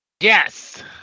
Yes